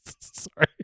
sorry